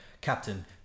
Captain